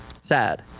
sad